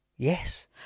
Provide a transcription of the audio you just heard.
Yes